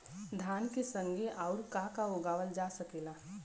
धान के संगे आऊर का का उगावल जा सकेला?